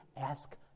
Ask